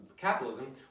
capitalism